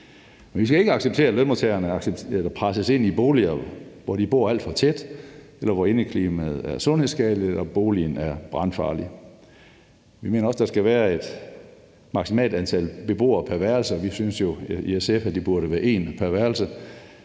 Vi skal ikke acceptere, at lønmodtagerne presses ind i boliger, hvor de bor alt for tæt, eller hvor indeklimaet er sundhedsskadeligt eller boligen er brandfarlig. Vi mener også, der skal være et maksimalt antal beboere pr. værelse. Vi synes jo i SF, der burde være en pr. værelse.